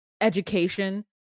education